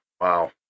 Wow